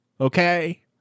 okay